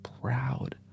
proud